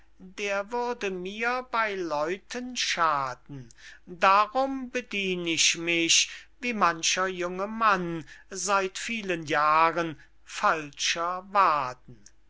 der würde mir bey leuten schaden darum bedien ich mich wie mancher junge mann seit vielen jahren falscher waden